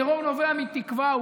טרור נובע מתקווה.